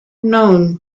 known